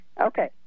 Okay